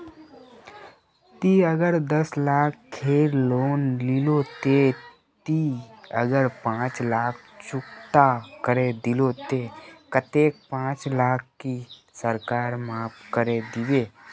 ती अगर दस लाख खेर लोन लिलो ते ती अगर पाँच लाख चुकता करे दिलो ते कतेक पाँच लाख की सरकार माप करे दिबे?